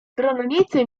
stronnicy